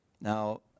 Now